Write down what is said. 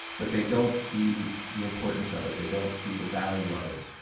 but they don't see the importance of it they don't see the value of it.